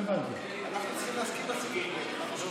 קודם כול לשכירים, והחוק מבטיח שכל מי שלא